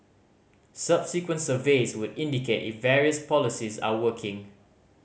subsequent surveys would indicate if various policies are working